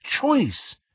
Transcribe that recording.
choice